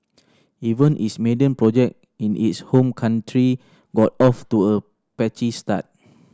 even its maiden project in its home country got off to a patchy start